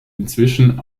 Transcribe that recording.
inzwischen